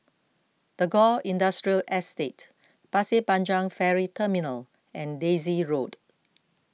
Tagore Industrial Estate Pasir Panjang Ferry Terminal and Daisy Road